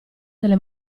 delle